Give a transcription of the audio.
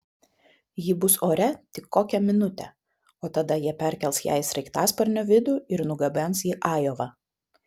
ji bus ore tik kokią minutę o tada jie perkels ją į sraigtasparnio vidų ir nugabens į ajovą